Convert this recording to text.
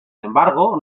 embargo